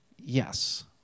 Yes